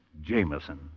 Jameson